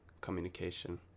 communication